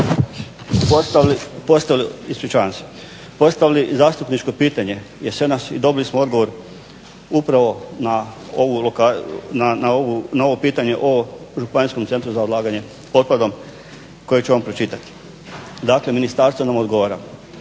postavili i zastupničko pitanje jesenas i dobili smo odgovor upravo na ovo pitanje o Županijskom centru za odlaganje otpadom koji ću vam pročitati. Dakle, ministarstvo nam odgovara: